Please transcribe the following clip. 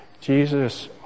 Jesus